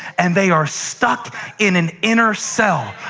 and they are stuck in an inner cell,